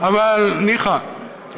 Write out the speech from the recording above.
אבל ניחא,